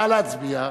נא להצביע.